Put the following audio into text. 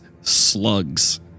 Slugs